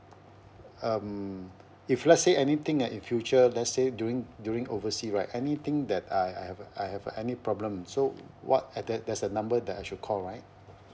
um if let's say anything that in future let's say during during oversea right anything that I I have a I have a any problem so what at there there's a number that I should call right